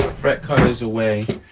fret cutters away.